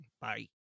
Bye